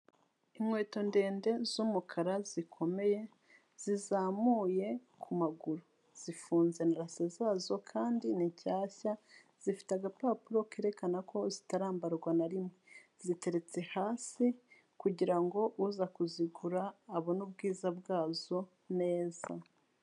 Inkweto ndende z'umukara zikomeye, zizamuye ku maguru. Zifunze na rase zazo kandi ni shyashya, zifite agapapuro kerekana ko zitarambarwa na rimwe. Ziteretse hasi, kugira ngo uza kuzigura, abone ubwiza bwazo neza.